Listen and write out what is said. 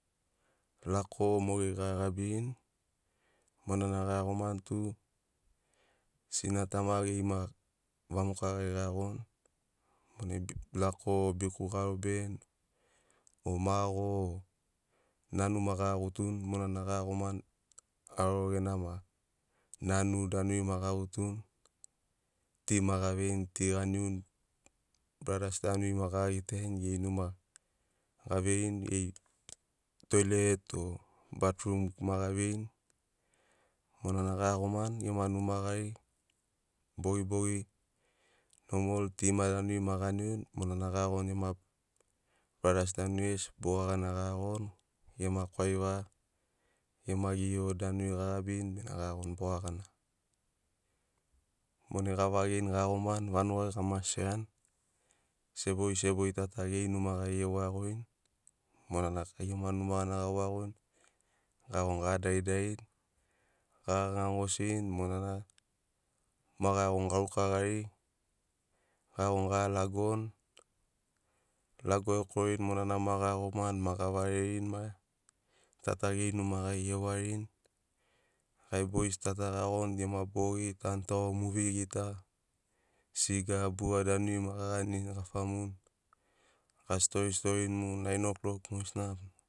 Lako o mogeri gagabirini monana gaiagomani t sina tama geri ma geri vamoka gari gaiagoni monai lako o biku garoberini o mago o nanu ma gagutuni monana gaiagomani aroro gena maki nanu danuri ma gagutuni ti ma gaveini ti ganiuni bradas danuri ma gagitarini. Geri numa gaveirini toilet o batrum ma gaveirini monana gaiagomani gema numa gari bogibogi nomol ti ma danuri ma ganiuni monana gaiagomani gema bradas danuri gesi boga gana gaiagoni gema kwaiva gema gio danuri gagabirini bena gaiagoni boga gana. Monai gavagini gaiagomani vanugai gama sheani sebori sebori ta ta geri numa gari gewaiagorini monana gai gema numa gana gawaiagorini gaiagoni gadaridarini gaganigani gosini monana ma gaiagoni garuka gari gaiagoni ga lagoni. Lago ekorini monana ma gaiagomani ma gavarerini maia ta ta geri numa gari gewarini gai bois ta ta gaiagoni gema bogi tanutago muvi gita siga bua danuri ma gaganini gafamuni gastori storini mu nain ouklok mogesina